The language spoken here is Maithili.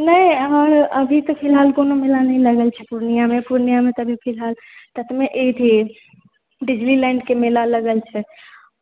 नै हमरा अभी तऽ फिलहाल कोनो मेला नै लगल छै पूर्णियामे पूर्णियामे तऽ अभी फिलहालमे अथी डिजनीलैण्ड के मेला लगल छै